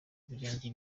ibirenge